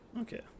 Okay